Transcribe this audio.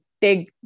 big